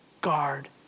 guard